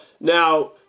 Now